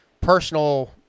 personal